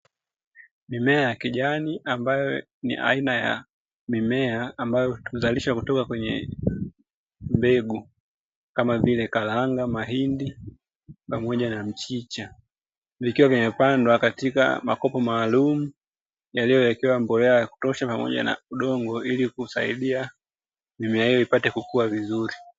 Mimea ya kijani ambayo ni aina ya mimea ambayo huzalishwa kutoka kwenye mbegu, kama vile karanga, mahindi, pamoja na mchicha. Vikiwa vimepandwa katika makopo maalumu yaliyowekewa mbolea ya kutosha, pamoja na udongo ili kusaidia mimea hiyo ipate kukua vizuri.